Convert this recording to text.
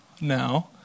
now